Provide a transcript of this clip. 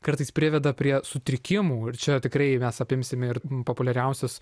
kartais priveda prie sutrikimų ir čia tikrai mes apimsime ir populiariausius